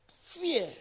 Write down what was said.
fear